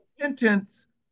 repentance